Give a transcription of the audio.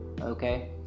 Okay